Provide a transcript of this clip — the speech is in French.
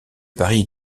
paris